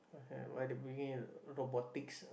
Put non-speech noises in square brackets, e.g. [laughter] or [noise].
[noise] why they bring in robotics